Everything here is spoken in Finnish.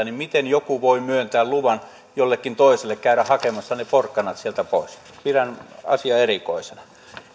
niin miten joku voi myöntää luvan jollekin toiselle käydä hakemassa ne porkkanat sieltä pois pidän asiaa erikoisena